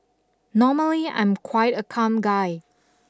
normally I'm quite a calm guy